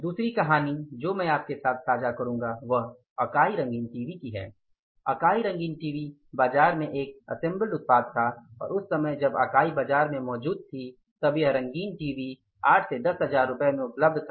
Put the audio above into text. दूसरी कहानी जो मैं आपके साथ साझा करूंगा वह अकाई रंगीन टीवी की है अकाई रंगीन टीवी बाजार में एक अस्सेमब्लड उत्पाद था और उस समय जब अकाई बाजार में मौजूद थी तब यह रंगीन टीवी 8 10000 रुपये में उपलब्ध था